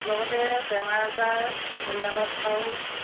লগতে বেমাৰ আজাৰ পৰিয়ালত বাৰু